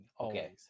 okay